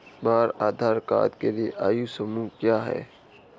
बाल आधार कार्ड के लिए आयु समूह क्या है?